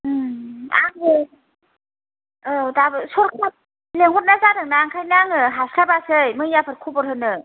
ओं आङो औ सर्टकाट लेंहरनाय जाबायना ओंखायनो आङो हास्लाबासै मैयाफोर खबर होनो